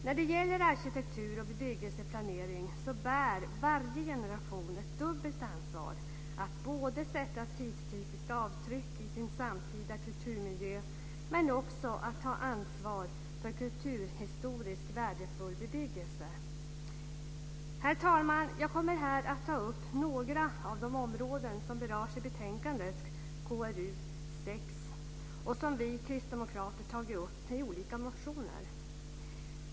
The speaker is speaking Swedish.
När det gäller arkitektur och bebyggelseplanering bär varje generation ett dubbelt ansvar för att både sätta tidstypiska avtryck i sin samtida kulturmiljö och ta ansvar för kulturhistoriskt värdefull bebyggelse. Herr talman! Jag kommer här att ta upp några av de områden som berörs i betänkandet KrU6 som vi kristdemokrater tagit upp i olika motioner.